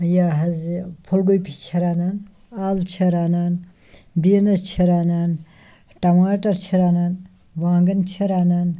یہِ حظ یہِ پھول گوٗپی چھِ رَنان اَل چھِ رَنان بیٖنٕز چھِ رَنان ٹماٹَر چھِ رَنان وانٛگَن چھِ رَنان